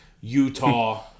Utah